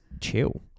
chill